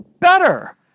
Better